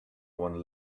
one